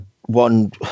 one